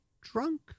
drunk